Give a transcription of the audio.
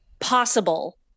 possible